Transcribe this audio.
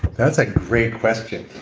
that's a great question